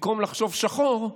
במקום לחשוב שחור,